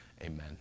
Amen